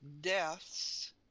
deaths